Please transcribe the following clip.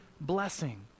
blessing